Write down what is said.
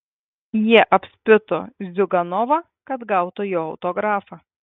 jie apspito ziuganovą kad gautų jo autografą